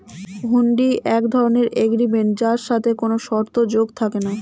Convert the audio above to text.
হুন্ডি এক ধরণের এগ্রিমেন্ট যার সাথে কোনো শর্ত যোগ থাকে না